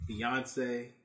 Beyonce